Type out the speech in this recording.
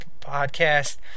podcast